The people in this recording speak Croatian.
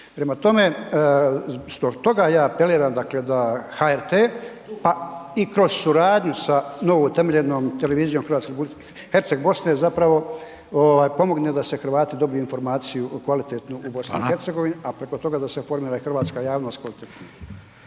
Prema tome, zbog toga ja apeliram dakle da HRT pa i kroz suradnju sa novoutemeljenom televizijom Herceg Bosne zapravo pomogne da Hrvati dobiju informaciju kvalitetnu u BiH-u … …/Upadica Radin: Hvala./… … a preko toga da se informira i hrvatska javnost kvalitetno.